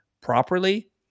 properly